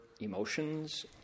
emotions